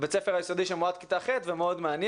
בית ספר היסודי שם הוא עד כיתה ח' וזה מאוד מעניין,